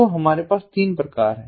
तो हमारे पास तीन प्रकार हैं